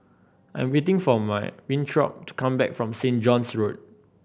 I am waiting for Winthrop to come back from Saint John's Road